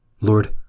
Lord